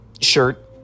shirt